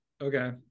Okay